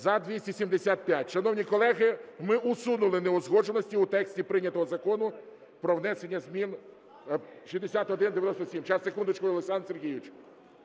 За-275 Шановні колеги, ми усунули неузгодженості у тексті прийнятого Закону про внесення змін (6197). Зараз, секундочку! Олександр Сергійович.